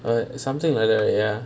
or something like that ya